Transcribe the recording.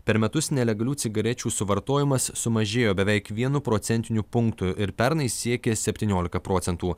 per metus nelegalių cigarečių suvartojimas sumažėjo beveik vienu procentiniu punktu ir pernai siekė septyniolika procentų